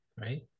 right